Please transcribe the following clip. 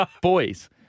Boys